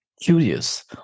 Curious